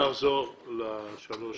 נחזור לעניין.